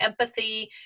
empathy